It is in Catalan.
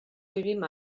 vivim